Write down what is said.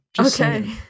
Okay